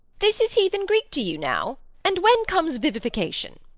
this is heathen greek to you, now and when comes vivification?